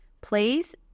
please